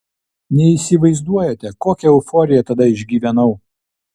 neįsivaizduojate kokią euforiją tada išgyvenau